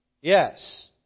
Yes